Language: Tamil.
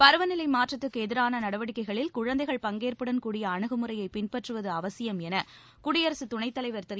பருவநிலை மாற்றத்திற்கு எதிரான நடவடிக்கைகளில் குழந்தைகள் பங்கேற்புடன் கூடிய அணுகுமுறையை பின்பற்றுவது அவசியம் என குடியரசு துணைத் தலைவர் திரு